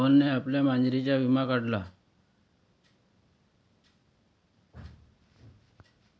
मोहनने आपल्या मांजरीचा विमा काढला